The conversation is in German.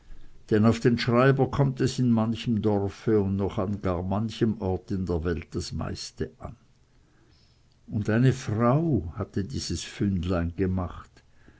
denn auf den schreiber kommt es in manchem dorfe und noch an gar manchem orte in der welt das meiste an und eine frau hatte dieses fündlein gemacht